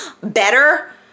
better